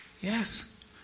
yes